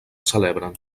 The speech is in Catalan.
celebren